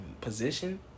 position